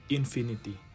infinity